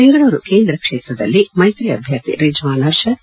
ಬೆಂಗಳೂರು ಕೇಂದ್ರ ಕ್ಷೇತ್ರದಲ್ಲಿ ಮೈತ್ರಿ ಅಭ್ವರ್ಥಿ ರಿಜ್ವಾನ್ ಅರ್ಷದ್